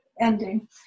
ending